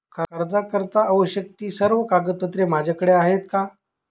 कर्जाकरीता आवश्यक ति सर्व कागदपत्रे माझ्याकडे आहेत का?